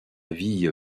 vie